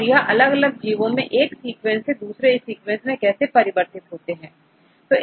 और यह अलग अलग जीवो में एक सीक्वेंस से दूसरे में परिवर्तित होते हैं